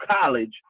college